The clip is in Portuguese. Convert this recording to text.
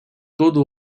todo